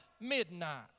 midnight